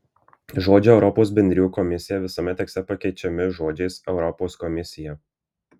žodžiai europos bendrijų komisija visame tekste pakeičiami žodžiais europos komisija